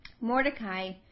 Mordecai